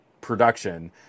production